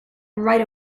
right